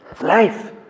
Life